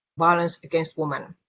violence against women,